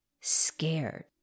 scared